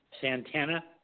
Santana